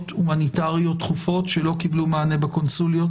הומניטריות דחופות שלא קיבלו מענה בקונסוליות.